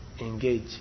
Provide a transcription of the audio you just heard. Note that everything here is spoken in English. engage